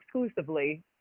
exclusively